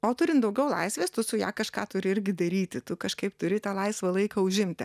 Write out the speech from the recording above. o turint daugiau laisvės tu su ja kažką turi irgi daryti tu kažkaip turi tą laisvą laiką užimti